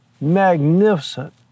magnificent